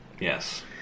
Yes